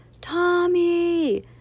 Tommy